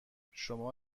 شما